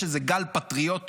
יש איזה גל פטריוטיות,